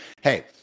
hey